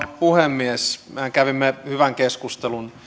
puhemies mehän kävimme hyvän keskustelun